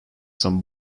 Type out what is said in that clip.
some